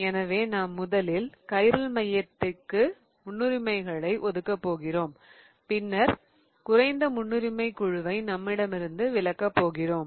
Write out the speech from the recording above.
எனவே நாம் முதலில் கைரல் மையத்திற்கு முன்னுரிமைகளை ஒதுக்கப் போகிறோம் பின்னர் குறைந்த முன்னுரிமைக் குழுவை நம்மிடமிருந்து விலக்கப் போகிறோம்